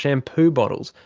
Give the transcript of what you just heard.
shampoo bottles,